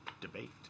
debate